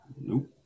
Nope